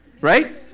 Right